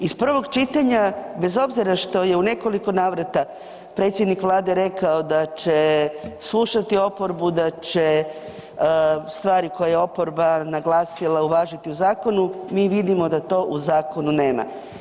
Iz prvog čitanja, bez obzira što je u nekoliko navrata predsjednik Vlade rekao da će slušati oporbu, da će stvari koje je oporba naglasila, uvažiti u zakonu, mi vidimo da to u zakonu nema.